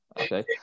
Okay